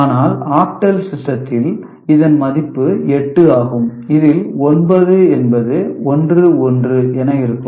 ஆனால் ஆக்டல் சிஸ்டத்தில் இதன் மதிப்பு 8 ஆகும் இதில் 9 என்பது 1 1 என இருக்கும்